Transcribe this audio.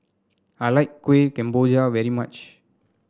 I like Kueh Kemboja very much